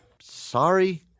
Sorry